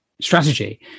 strategy